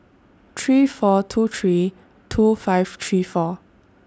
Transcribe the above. three four two three two five three four